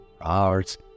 arts